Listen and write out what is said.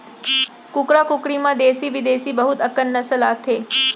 कुकरा कुकरी म देसी बिदेसी बहुत अकन नसल आथे